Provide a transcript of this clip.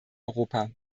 europa